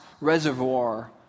reservoir